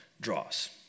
draws